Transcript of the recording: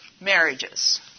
marriages